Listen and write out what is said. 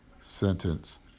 sentence